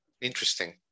interesting